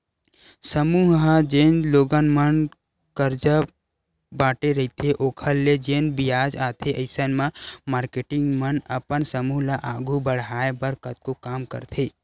समूह ह जेन लोगन मन करजा बांटे रहिथे ओखर ले जेन बियाज आथे अइसन म मारकेटिंग मन अपन समूह ल आघू बड़हाय बर कतको काम करथे